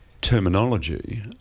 terminology